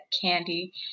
candy